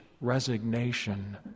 resignation